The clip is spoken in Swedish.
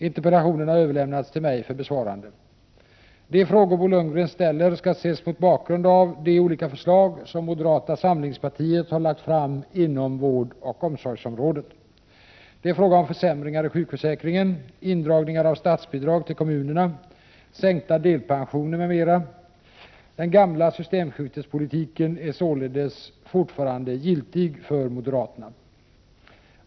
Interpellationen har överlämnats till mig för besvarande. De frågor Bo Lundgren ställer skall ses mot bakgrund av de olika förslag som moderata samlingspartiet har lagt fram inom vårdoch omsorgsområdet. Det är fråga om försämringar i sjukförsäkringen, indragningar av statsbidrag till kommunerna, sänkta delpensioner m.m. Den gamla systemskiftespolitiken är således fortfarande giltig för moderaterna.